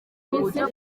uburyo